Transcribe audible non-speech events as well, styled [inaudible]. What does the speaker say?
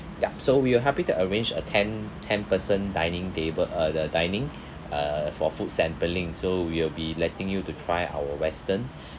yup so we are happy to arrange a ten ten person dining table uh the dining [breath] uh for food sampling so we will be letting you to try our western [breath]